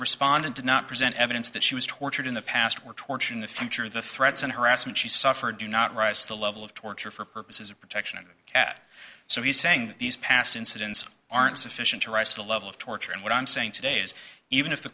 respondent did not present evidence that she was tortured in the past where torture in the future the threats and harassment she suffered do not rise to the level of torture for purposes of protection that so he's saying that these past incidents aren't sufficient to rise to the level of torture and what i'm saying today is even if the